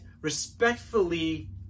respectfully